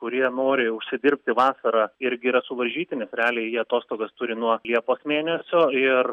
kurie nori užsidirbti vasarą irgi yra suvaržyti nes realiai jie atostogas turi nuo liepos mėnesio ir